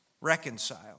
Reconciled